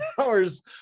hours